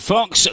Fox